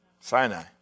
Sinai